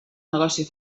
negoci